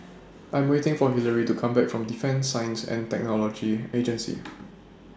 I'm waiting For Hillery to Come Back from Defence Science and Technology Agency